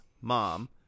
mom